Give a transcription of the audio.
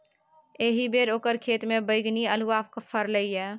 एहिबेर ओकर खेतमे बैगनी अल्हुआ फरलै ये